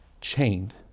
chained